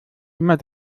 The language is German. immer